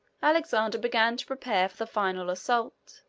alexander began to prepare for the final assault,